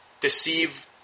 deceive